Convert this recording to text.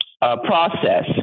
process